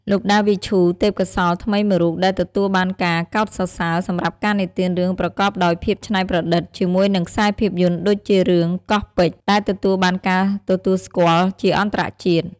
លោក ដាវី ឈូ ទេពកោសល្យថ្មីមួយរូបដែលទទួលបានការកោតសរសើរសម្រាប់ការនិទានរឿងប្រកបដោយភាពច្នៃប្រឌិត ជាមួយនឹងខ្សែភាពយន្តដូចជារឿង "កោះពេជ្រ" ដែលទទួលបានការទទួលស្គាល់ជាអន្តរជាតិ។